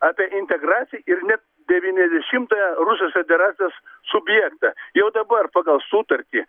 apie integraciją ir net devyniasdešimtą rusijos federacijos subjektą jau dabar pagal sutartį